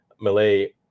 Malay